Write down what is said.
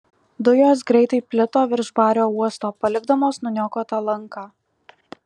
dujos greitai plito virš bario uosto palikdamos nuniokotą lanką